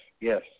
yes